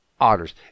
otters